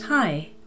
Hi